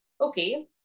okay